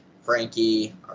Frankie